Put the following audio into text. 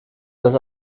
das